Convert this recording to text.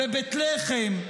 בבית לחם,